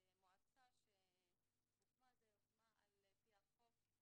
כמועצה שהוקמה על פי החוק,